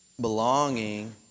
Belonging